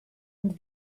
und